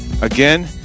again